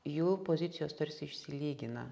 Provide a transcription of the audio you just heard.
jų pozicijos tarsi išsilygina